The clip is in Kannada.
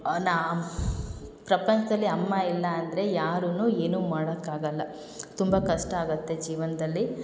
ಪ್ರಪಂಚದಲ್ಲಿ ಅಮ್ಮ ಇಲ್ಲ ಅಂದರೆ ಯಾರೂ ಏನೂ ಮಾಡೋಕ್ಕಾಗಲ್ಲ ತುಂಬ ಕಷ್ಟ ಆಗುತ್ತೆ ಜೀವನದಲ್ಲಿ